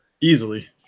Easily